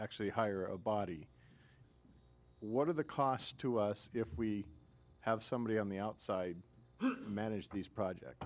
actually hire a body what are the cost to us if we have somebody on the outside manage the project